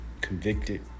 convicted